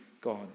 God